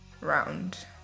round